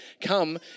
come